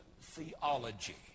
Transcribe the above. theology